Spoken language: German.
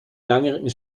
langjährigen